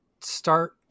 start